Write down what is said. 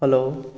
hello